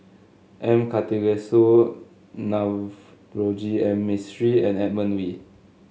M Karthigesu Navroji and Mistri and Edmund Wee